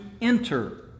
enter